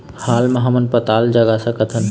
हाल मा हमन पताल जगा सकतहन?